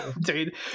Dude